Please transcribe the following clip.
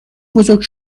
بزرگ